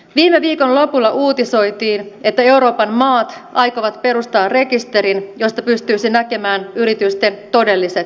viime viikon lopulla uutisoitiin että euroopan maat aikovat perustaa rekisterin josta pystyisi näkemään yritysten todelliset omistajat